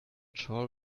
shall